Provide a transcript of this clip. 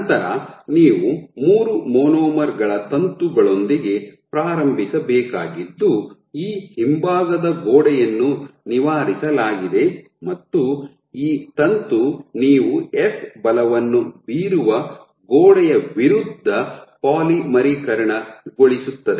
ನಂತರ ನೀವು ಮೂರು ಮಾನೋಮರ್ ಗಳ ತಂತುಗಳೊಂದಿಗೆ ಪ್ರಾರಂಭಿಸಬೇಕಾಗಿದ್ದು ಈ ಹಿಂಭಾಗದ ಗೋಡೆಯನ್ನು ನಿವಾರಿಸಲಾಗಿದೆ ಮತ್ತು ಈ ತಂತು ನೀವು ಎಫ್ ಬಲವನ್ನು ಬೀರುವ ಗೋಡೆಯ ವಿರುದ್ಧ ಪಾಲಿಮರೀಕರಣಗೊಳಿಸುತ್ತದೆ